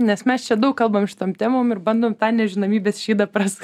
nes mes čia daug kalbam šitam temom ir bandom tą nežinomybės šydą prask